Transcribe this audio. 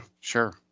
sure